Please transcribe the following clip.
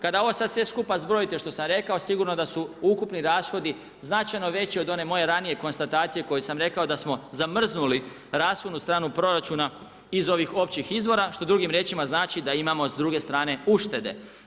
Kada ovo sad sve skupa zbrojite što sam rekao, sigurno da su ukupni rashodi značajno veći od one moje ranije konstatacije koju sam rekao da smo zamrznuli rashodnu stranu proračuna iz ovih općih izvora, što drugim riječima znači da imamo s druge strane uštede.